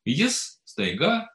jis staiga